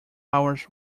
hours